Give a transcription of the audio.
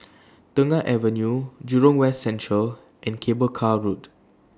Tengah Avenue Jurong West Central and Cable Car Road